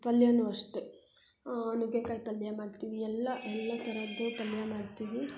ಪಲ್ಯನೂ ಅಷ್ಟೇ ನುಗ್ಗೆಕಾಯಿ ಪಲ್ಯ ಮಾಡ್ತೀವಿ ಎಲ್ಲ ಎಲ್ಲ ಥರದ್ದು ಪಲ್ಯ ಮಾಡ್ತೀವಿ